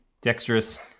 dexterous